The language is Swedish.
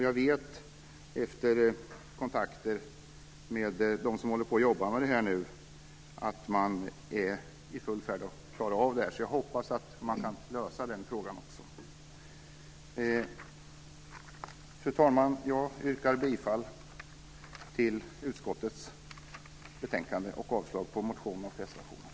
Jag vet, efter kontakter med dem som jobbar med det här, att man är i full färd med att klara av det. Jag hoppas att man kan lösa den frågan också. Fru talman! Jag yrkar bifall till utskottets förslag i betänkandet och avslag på motioner och reservationen.